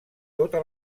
tota